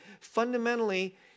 Fundamentally